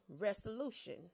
resolution